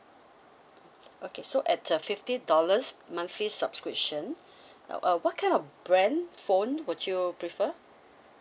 okay so at a fifty dollars monthly subscription uh what kind of brand phone would you prefer